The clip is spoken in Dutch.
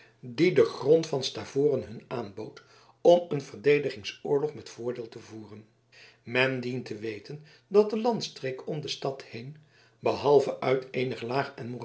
die de grond van stavoren hun aanbood om een verdedigingsoorlog met voordeel te voeren men dient te weten dat de landstreek om de stad heen behalve uit eenig laag en